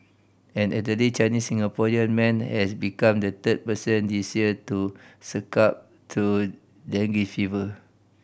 an elderly Chinese Singaporean man has become the third person this year to succumb to dengue fever